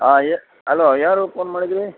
ಹಾಂ ಯಾ ಅಲೋ ಯಾರು ಪೋನ್ ಮಾಡಿದ್ರಿ